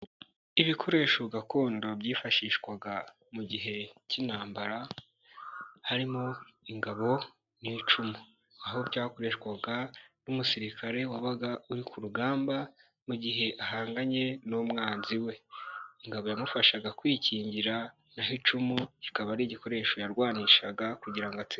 Ibikoresho gakondo byifashishwaga mu gihe cy'intambara harimo ingabo n’icumu, aho byakoreshwaga n'umusirikare wabaga uri ku rugamba mu gihe ahanganye n'umwanzi we. Ingabo yamufashaga kwikingira, naho icumu kikaba ari igikoresho yarwanishaga kugira ngo atsinde.